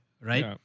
right